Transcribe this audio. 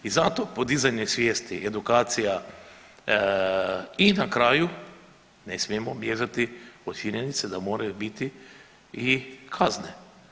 I zato podizanje svijesti i edukacija i na kraju ne smijemo bježati od činjenice da moraju biti i kazne.